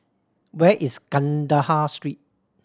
where is Kandahar Street